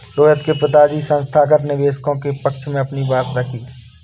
रोहित के पिताजी संस्थागत निवेशक के पक्ष में अपनी बात रखी